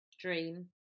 dream